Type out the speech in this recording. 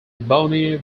bonnie